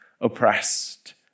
oppressed